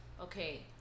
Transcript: okay